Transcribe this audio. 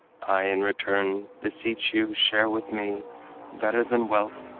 i in return beseech you share with me better than wealth,